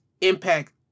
Impact